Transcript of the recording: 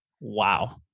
wow